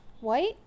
White